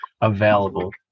available